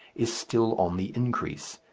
is still on the increase,